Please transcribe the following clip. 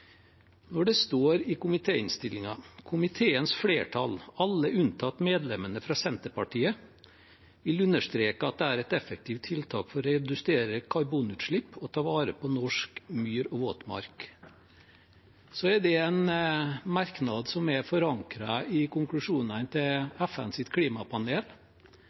Det står i komitéinnstillingen: «Komiteens flertall, alle unntatt medlemmene fra Senterpartiet, vil understreke at det er et effektivt tiltak for å redusere karbonutslipp å ta vare på norsk myr og våtmark.» Det er en merknad som er forankret i konklusjonene til FNs klimapanel,